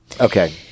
Okay